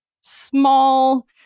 small